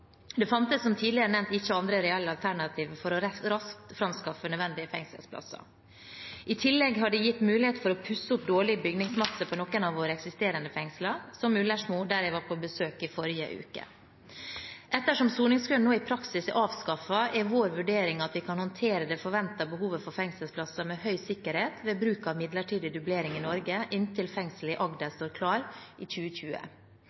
Det fantes, som tidligere nevnt, ikke andre reelle alternativer for raskt å framskaffe nødvendige fengselsplasser. I tillegg har det gitt mulighet for å pusse opp dårlig bygningsmasse i tilknytning til noen av våre eksisterende fengsler, som Ullersmo der jeg var på besøk i forrige uke. Ettersom soningskøen nå i praksis er avskaffet, er vår vurdering at vi kan håndtere det forventede behovet for fengselsplasser med høy sikkerhet ved bruk av midlertidig dublering i Norge inntil fengsel i Agder står klart i 2020.